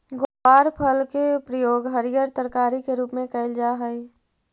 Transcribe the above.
ग्वारफल के प्रयोग हरियर तरकारी के रूप में कयल जा हई